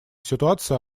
ситуации